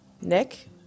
Nick